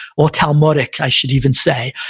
or talmudic, i should even say,